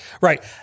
right